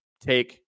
Take